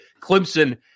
Clemson